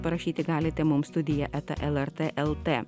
parašyti galite mums studija eta lrt lt